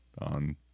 on